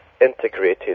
integrated